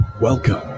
Welcome